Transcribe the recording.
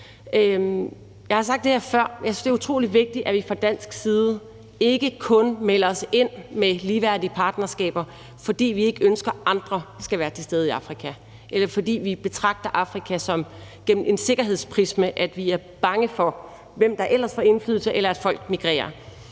Jeg har sagt det her før: Jeg synes, det er utrolig vigtigt, at vi fra dansk side ikke kun melder os ind med ligeværdige partnerskaber, fordi vi ikke ønsker, at andre skal være til stede i Afrika, eller fordi vi betragter Afrika gennem en sikkerhedsprisme, altså at vi er bange for, hvem der ellers får indflydelse, eller at folk emigrerer.